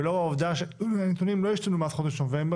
ולאור העובדה שהנתונים לא השתנו מאז חודש נובמבר